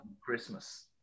Christmas